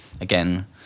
again